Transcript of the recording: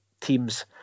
teams